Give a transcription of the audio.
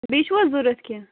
بیٚیہِ چھُو حظ ضوٚرَتھ کیٚنٛہہ